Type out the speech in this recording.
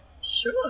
sure